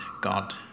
God